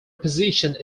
positioned